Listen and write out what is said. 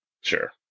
sure